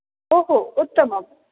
ओहो उत्तमम्